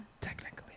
Technically